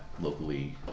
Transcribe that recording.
locally